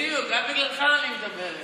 בדיוק, רק בגללך אני מדברת.